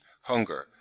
hunger